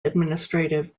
administrative